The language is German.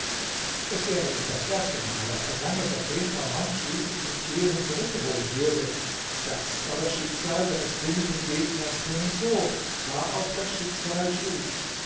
es wäre nicht das erstemal daß ein lange verfemter mann schließlich mit ehren zurückgeholt würde das war das schicksal seines grimmen gegners clemenceau war auch das schicksal